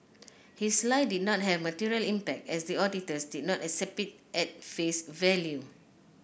his lie did not have material impact as the auditors did not accept it at face value